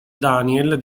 daniel